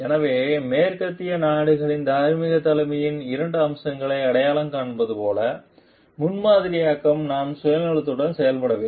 எனவே மேற்கத்திய நாடுகள் தார்மீகத் தலைமையின் இரண்டு அம்சங்களை அடையாளம் காண்பது போல முன்மாதிரியாக்கம் நான் சுயநலத்துடன் செயல்படவில்லை